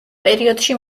პერიოდში